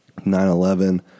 9-11